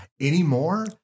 Anymore